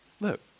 look